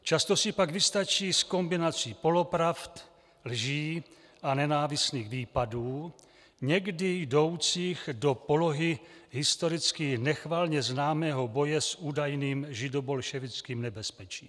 Často si pak vystačí s kombinací polopravd, lží a nenávistných výpadů, někdy jdoucích do polohy historicky nechvalně známého boje s údajným židobolševickým nebezpečím.